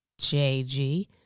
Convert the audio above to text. JG